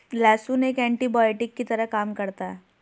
लहसुन एक एन्टीबायोटिक की तरह काम करता है